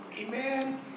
Amen